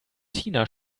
tina